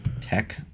tech